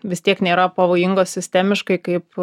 vis tiek nėra pavojingos sistemiškai kaip